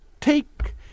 Take